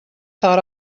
thought